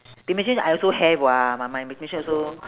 pigmentation I also have [what] my my pigmentation also